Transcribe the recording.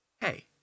hey